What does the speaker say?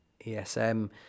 ESM